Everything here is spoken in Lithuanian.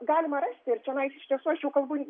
galima rasti ir čionais iš tiesų aš jau kalbu